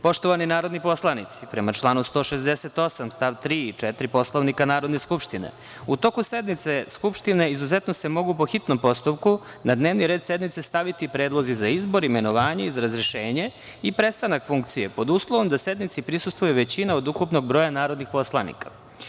Poštovani narodni poslanici prema članu 168. stav 3. i 4. Poslovnika Narodne skupštine u toku sednice Skupštine izuzetno se mogu po hitnom postupku na dnevni red sednice staviti predlozi za izbor, imenovanje i razrešenje i prestanak funkcije pod uslovom da sednici prisustvuju većina od ukupnog broja narodnih poslanika.